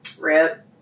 Rip